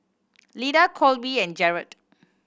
Lida Kolby and Jarod